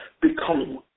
become